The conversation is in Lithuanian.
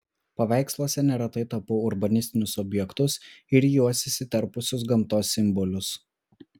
paveiksluose neretai tapau urbanistinius objektus ir į juos įsiterpusius gamtos simbolius